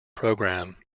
program